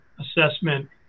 assessment